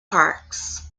parks